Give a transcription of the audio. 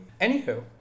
Anywho